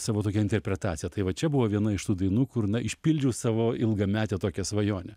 savo tokia interpretacija tai va čia buvo viena iš tų dainų kur na išpildžiau savo ilgametę tokią svajonę